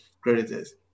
creditors